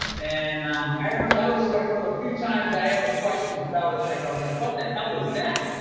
and i remember that was like one of the few times i ever questioned bella check. i was like, what the hell was that?